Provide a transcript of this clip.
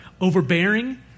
overbearing